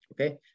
okay